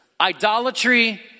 Idolatry